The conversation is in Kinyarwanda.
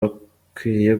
hakwiye